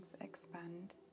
expand